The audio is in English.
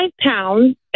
pounds